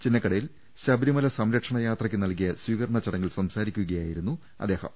ചിന്നക്കടയിൽ ശബരിമല സംരക്ഷണ യാത്രയ്ക്ക് നൽകിയ സ്വീകരണ ചടങ്ങിൽ സംസാരിക്കുകയായിരുന്നു അദ്ദേഹം